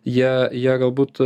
jie jie galbūt